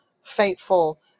fateful